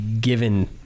given